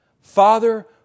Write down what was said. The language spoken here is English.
Father